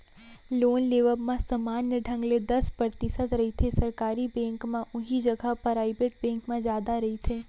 loan लेवब म समान्य ढंग ले दस परतिसत रहिथे सरकारी बेंक म उहीं जघा पराइबेट बेंक म जादा रहिथे